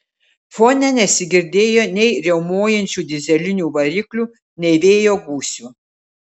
fone nesigirdėjo nei riaumojančių dyzelinių variklių nei vėjo gūsių